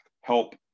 help